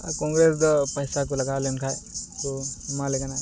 ᱟᱨ ᱠᱳᱝᱜᱮᱨᱮᱥ ᱫᱚ ᱯᱟᱭᱥᱟ ᱠᱚ ᱞᱟᱜᱟᱣ ᱞᱮᱱ ᱠᱷᱟᱱ ᱛᱚ ᱮᱢᱟᱞᱮ ᱠᱟᱱᱟ